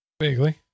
Vaguely